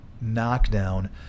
knockdown